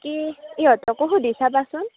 কি ইহঁতকো সুধি চাবাচোন